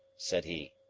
said he.